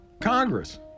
Congress